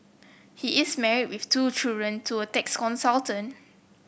he is married with two children to a tax consultant